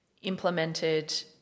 implemented